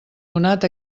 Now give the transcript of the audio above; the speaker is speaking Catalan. donat